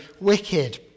wicked